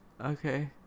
okay